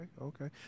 okay